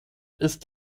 ist